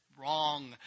wrong